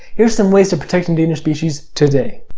here's some ways to protect endangered species today.